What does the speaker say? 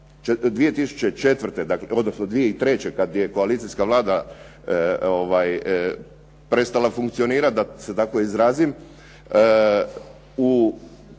2004., odnosno 2003. kada je koalicijska Vlada prestala funkcionirati, da se tako izrazim,